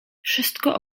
wszystko